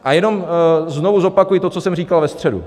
A jenom znovu zopakuji to, co jsem říkal ve středu.